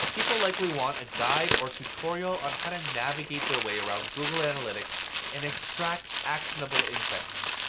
people likely want a guide or tutorial on how to navigate their way around google analytics and extract actionable insights.